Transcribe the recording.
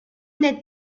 n’êtes